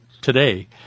today